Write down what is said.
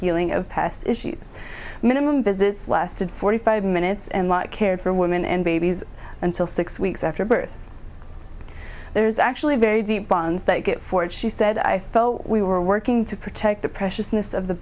healing of past issues minimum visits lasted forty five minutes and cared for women and babies until six weeks after birth there's actually a very deep bonds that get for it she said i felt we were working to protect the